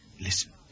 Listen